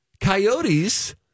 coyotes